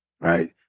right